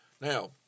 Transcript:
Now